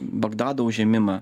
bagdado užėmimą